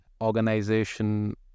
organization